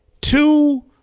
Two